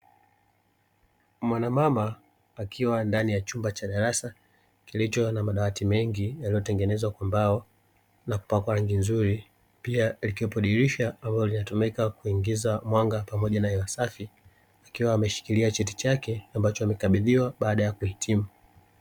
Wanamama akiwa ndani ya chumba cha darasa kilicho na madawati mengi yaliyotengenezwa kwa mbao na kupakwa rangi nzuri, pia likiwepo dirisha ambalo linatumika kuingiza mwanga pamoja na hewa safi ikiwa ameshikiria cheti chake ambacho amekabidhiwa baada ya kuhitimu.